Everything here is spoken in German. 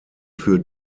für